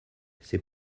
ses